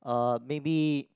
uh maybe